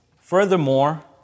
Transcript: Furthermore